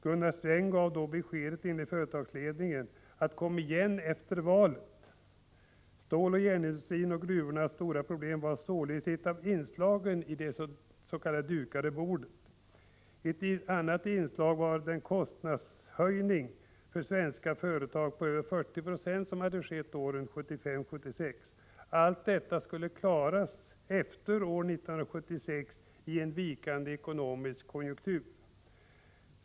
Gunnar Sträng gav då beskedet: ”Kom igen efter valet.” Ståloch järnindustrin och gruvornas stora problem var således ett av inslagen på det ”dukade bordet”. Ett annat inslag var kostnadshöjningen för svenska företag på över 40 96 som hade skett åren 1975 och 1976. Allt detta skulle klaras efter år 1976 i en vikande ekonomisk konjunktur.